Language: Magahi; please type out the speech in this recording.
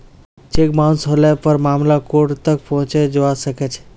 चेक बाउंस हले पर मामला कोर्ट तक पहुंचे जबा सकछे